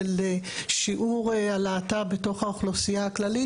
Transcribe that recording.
של שיעור הלהט"ב בתוך האוכלוסייה הכללית